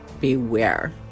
beware